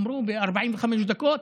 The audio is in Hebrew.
אמרו, ב-45 דקות,